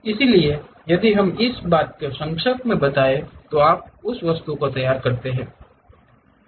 इसलिए यदि हम इस बात को संक्षेप में बताने जा रहे हैं तो आप वस्तुओं को तैयार करते हैं